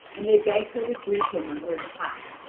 and they beg her to greet him on their behalf.